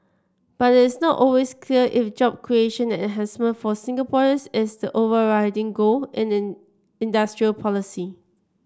but it is not always clear if job creation and enhancement for Singaporeans is the overriding goal and in industrial policy